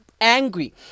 angry